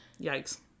Yikes